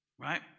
right